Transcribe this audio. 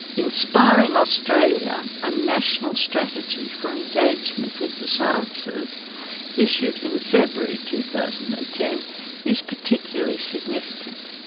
inspiring australia, a national strategy for engagement with the sciences issued in february two thousand and ten is particularly significant.